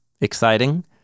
exciting